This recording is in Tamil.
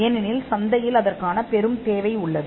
ஏனெனில் சந்தையில் பெரும் தேவை உள்ளது